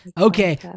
Okay